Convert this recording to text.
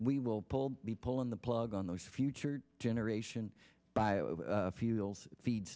we will pull be pulling the plug on those future generation bio fuels feeds